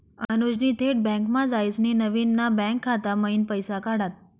अनुजनी थेट बँकमा जायसीन नवीन ना बँक खाता मयीन पैसा काढात